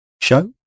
show